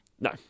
No